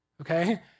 okay